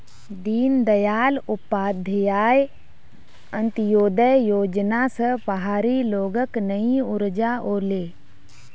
दीनदयाल उपाध्याय अंत्योदय योजना स पहाड़ी लोगक नई ऊर्जा ओले